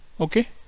okay